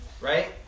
right